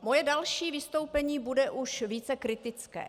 Moje další vystoupení bude už více kritické.